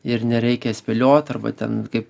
ir nereikia spėliot arba ten kaip